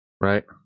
right